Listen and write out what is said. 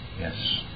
Yes